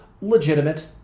legitimate